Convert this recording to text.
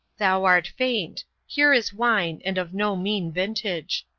thou art faint here is wine, and of no mean vintage.